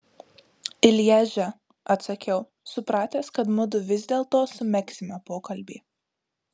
lježe atsakiau supratęs kad mudu vis dėlto sumegsime pokalbį